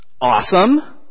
awesome